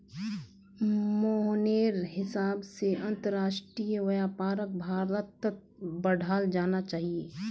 मोहनेर हिसाब से अंतरराष्ट्रीय व्यापारक भारत्त बढ़ाल जाना चाहिए